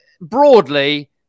broadly